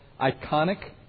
iconic